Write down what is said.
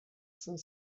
cinq